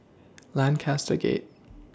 Lancaster Gate